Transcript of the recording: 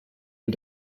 and